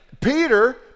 Peter